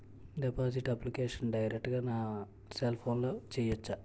Deposit application direct గా నా cell ఫోన్లో చెయ్యచా?